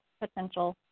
potential